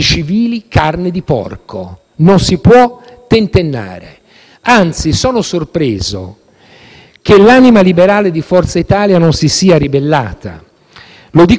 che l'anima liberale di Forza Italia non si sia ribellata. Mi rivolgo al senatore Perosino, che ha citato il Papa Ratzinger di Ratisbona e il dialogo